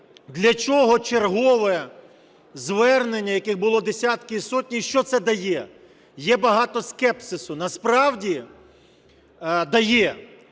для чого чергове звернення, яких було десятки і сотні, що це дає? Є багато скепсису. Насправді дає.